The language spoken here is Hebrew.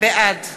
בעד